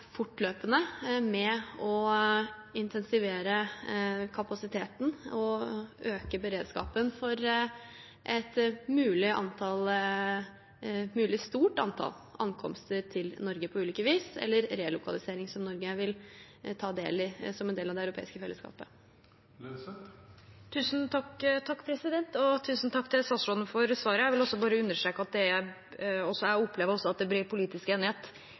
fortløpende med å intensivere kapasiteten og øke beredskapen for et mulig stort antall ankomster til Norge på ulike vis, eller relokalisering, som Norge vil ta del i som en del av det europeiske fellesskapet. Tusen takk til statsråden for svaret. Jeg vil understreke at også jeg opplever at det er bred politisk enighet om at vi skal stille opp for de i Ukraina, og at det er bred politisk enighet